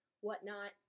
whatnot